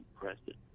president